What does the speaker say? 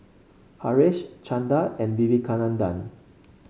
Haresh Chanda and Vivekananda